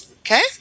okay